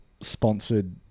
sponsored